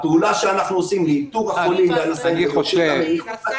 הפעולה שאנחנו עושים לאיתור החולים והנשאים בתוך הקהילה